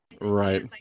right